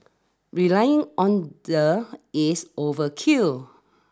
relying on the is overkill